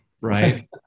right